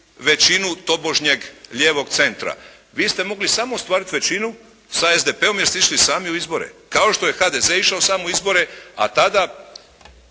većinu tobožnjeg lijevog centra. Vi ste mogli samo ostvariti većinu sa SDP-om jer ste išli sami u izbore. Kao što je HDZ išao sam u izbore, a tada